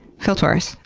phil torres,